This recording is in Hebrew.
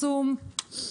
תנסו למצוא אותו.